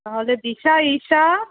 তাহলে দিশা ইশা